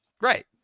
right